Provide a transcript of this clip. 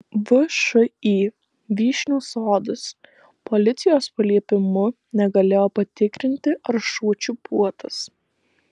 všį vyšnių sodas policijos paliepimu negalėjo patikrinti ar šuo čipuotas